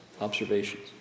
observations